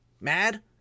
mad